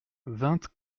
vingt